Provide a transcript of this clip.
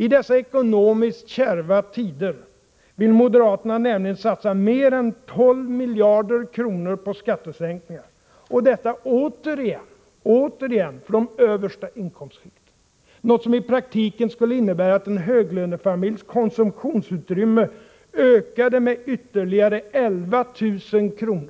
I dessa ekonomiskt kärva tider vill moderaterna nämligen satsa mer än 12 miljarder kronor på skattesänkningar — och detta återigen för de allra översta inkomstskikten, något som i praktiken skulle innebära att en höglönefamiljs konsumtionsutrymme ökade med ytterligare 11 000 kr.,